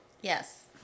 Yes